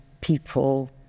people